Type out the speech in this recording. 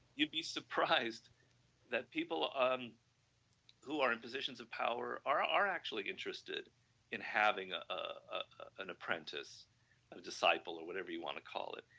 you'll be surprised that people um who are in position of power are are actually interested in having ah ah an apprentice or disciple or whatever you want to call it,